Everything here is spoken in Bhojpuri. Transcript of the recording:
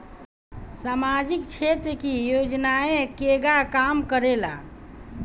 सामाजिक क्षेत्र की योजनाएं केगा काम करेले?